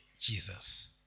Jesus